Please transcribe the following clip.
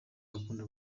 bakunda